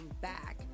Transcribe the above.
back